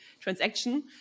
transaction